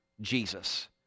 Jesus